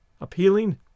appealing